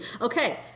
Okay